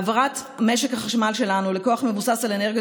העברת משק החשמל שלנו לכוח המבוסס על אנרגיות